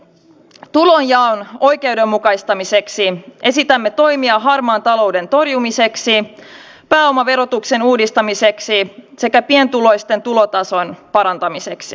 tulonjaon oikeudenmukaistamiseksi esitämme toimia harmaan talouden torjumiseksi pääomaverotuksen uudistamiseksi sekä pienituloisten tulotason parantamiseksi